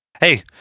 Hey